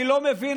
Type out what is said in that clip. אני לא מבין,